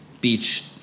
beach